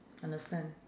understand